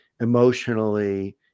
emotionally